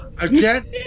Again